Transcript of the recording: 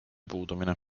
puudumine